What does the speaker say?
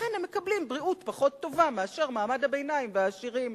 לכן הם מקבלים בריאות פחות טובה מאשר מעמד הביניים והעשירים.